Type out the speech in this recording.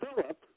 Philip